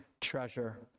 treasure